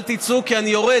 אל תצאו כי אני יורד,